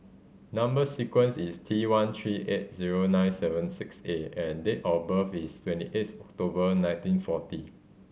number sequence is T one three eight zero nine seven six A and date of birth is twenty eighth October nineteen forty